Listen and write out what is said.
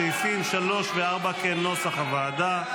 סעיפים 3 ו-4 כנוסח הוועדה,